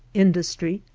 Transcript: industry,